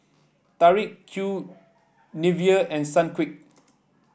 Tori Q Nivea and Sunquick